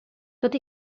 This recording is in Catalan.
tot